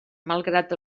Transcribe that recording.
malgrat